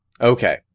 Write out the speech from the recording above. Okay